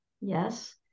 yes